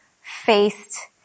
faced